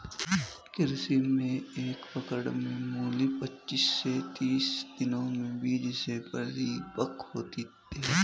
कृषि में एक पकड़ में मूली पचीस से तीस दिनों में बीज से परिपक्व होती है